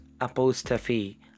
apostrophe